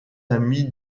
amie